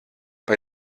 bei